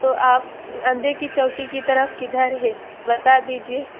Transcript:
تو آپ اڈے کی چوکی کی طرف کدھر ہے بتا دیجیے